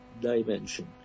dimension